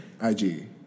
IG